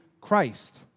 Christ